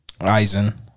eisen